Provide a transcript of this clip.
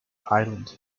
island